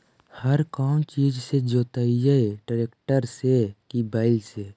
हर कौन चीज से जोतइयै टरेकटर से कि बैल से?